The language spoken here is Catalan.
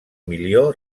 milió